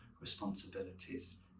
responsibilities